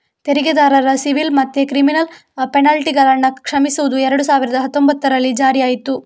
ತೆರಿಗೆದಾರರ ಸಿವಿಲ್ ಮತ್ತೆ ಕ್ರಿಮಿನಲ್ ಪೆನಲ್ಟಿಗಳನ್ನ ಕ್ಷಮಿಸುದು ಎರಡು ಸಾವಿರದ ಹತ್ತೊಂಭತ್ತರಲ್ಲಿ ಜಾರಿಯಾಯ್ತು